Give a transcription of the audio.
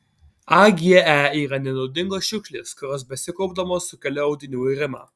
age yra nenaudingos šiukšlės kurios besikaupdamos sukelia audinių irimą